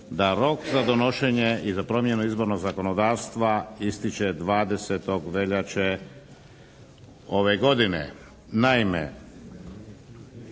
da rok za donošenje i za promjenu izbornog zakonodavstva ističe 20. veljače ove godine.